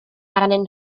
arnyn